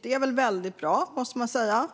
Det måste man säga